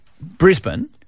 Brisbane